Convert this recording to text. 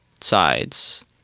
sides